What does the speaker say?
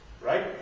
right